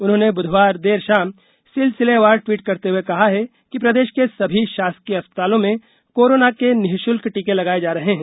उन्होंने बुधवार देर शाम सिलसिलेवार ट्वीट करते हुए कहा है कि प्रदेश के सभी शासकीय अस्पतालों में कोरोना के निःशुल्क टीके लगाए जा रहे हैं